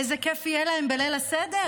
איזה כיף יהיה להם בליל הסדר,